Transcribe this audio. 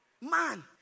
man